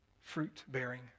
fruit-bearing